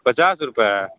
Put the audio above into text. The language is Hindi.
पचास रुपये